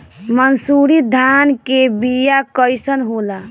मनसुरी धान के बिया कईसन होला?